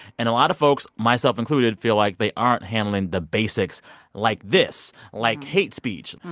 and a lot of folks, myself included, feel like they aren't handling the basics like this, like hate speech.